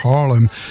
Harlem